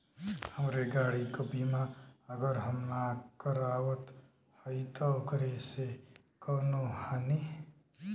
हमरे गाड़ी क बीमा अगर हम ना करावत हई त ओकर से कवनों हानि?